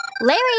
Larry